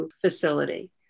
facility